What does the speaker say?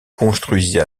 construisit